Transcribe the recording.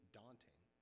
daunting